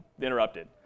interrupted